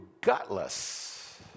gutless